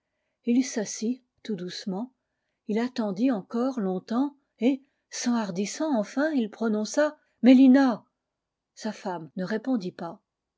il s'assit tout doucement ii attendit encore longtemps et s'enhardissant enfin il prononça mélina sa femme ne répondit pas